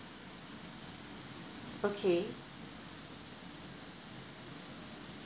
okay